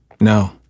No